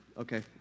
Okay